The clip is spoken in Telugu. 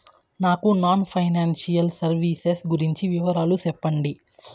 నాకు నాన్ ఫైనాన్సియల్ సర్వీసెస్ గురించి వివరాలు సెప్పండి?